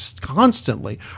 constantly